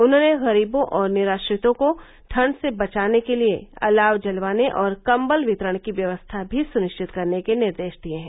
उन्होंने गरीबों और निराश्रितों को ठंड से बचाने के लिए अलाव जलवाने और कंबल वितरण की व्यवस्था भी सुनिश्चित करने के निर्देश दिए हैं